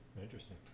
Interesting